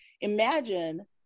imagine